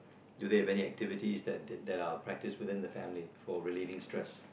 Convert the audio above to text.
do they have any activities that are practice within the family for relieving stress